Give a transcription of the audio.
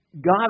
God